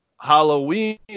Halloween